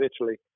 Italy